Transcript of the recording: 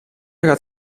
gaat